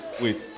wait